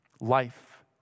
Life